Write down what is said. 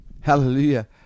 Hallelujah